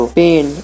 pain